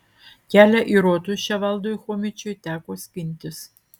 kelią į rotušę valdui chomičiui teko skintis